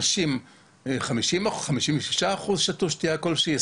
56 אחוזים מהנשים שתו שתייה כלשהי,